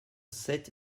sept